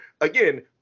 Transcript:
Again